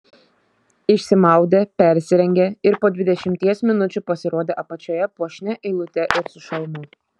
išsimaudė persirengė ir po dvidešimties minučių pasirodė apačioje puošnia eilute ir su šalmu